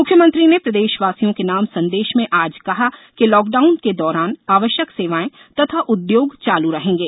म्ख्यमंत्री ने प्रदेशवासियों के नाम संदेश में आज कहा कि लॉकडाउन के दौरान आवश्यक सेवाएं तथा उद्योग चालू रहेंगे